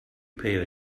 pay